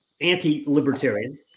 anti-libertarian